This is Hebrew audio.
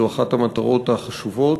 זו אחת המטרות החשובות.